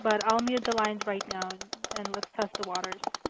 but i'll unmute the lines right now and let's test the waters.